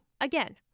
Again